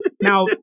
Now